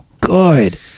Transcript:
good